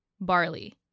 Barley